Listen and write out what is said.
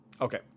Okay